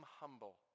humble